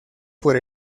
por